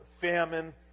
famine